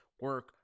Work